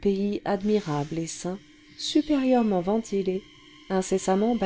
pays admirable et sain supérieurement ventilé incessamment